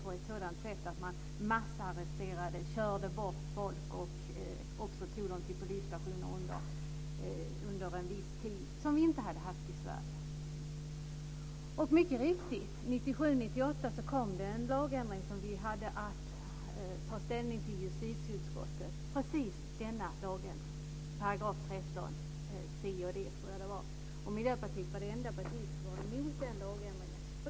Polisen ingrep genom att massarrestera och köra bort folk och ta dem till polisstation för en viss tid, något som vi inte har upplevt i Sverige. Det är mycket riktigt så att det kom en lagändring 1997/98 som vi hade att ta ställning till i justitieutskottet. Det var precis denna lagändring i 13 b § och 13 c §. Miljöpartiet var det enda parti som var emot den lagändringen.